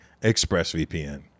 ExpressVPN